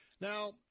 Now